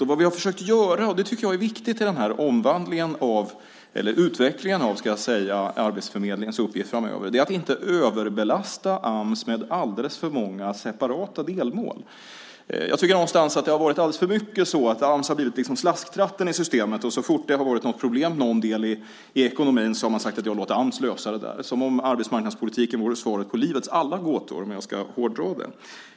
Det vi har försökt göra - och det tycker jag är viktigt i den här utvecklingen av arbetsförmedlingens uppgift framöver - är att inte överbelasta Ams med alldeles för många separata delmål. Jag tycker att det har alldeles för mycket blivit så att Ams har blivit slasktratten i systemet. Så fort det har varit ett problem i någon del i ekonomin har man sagt: Låt Ams lösa det! Som om arbetsmarknadspolitiken vore svaret på livets alla gåtor, om jag ska hårdra det.